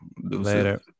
Later